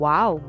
Wow